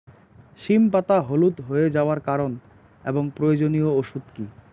সিম পাতা হলুদ হয়ে যাওয়ার কারণ এবং প্রয়োজনীয় ওষুধ কি?